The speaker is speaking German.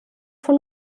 von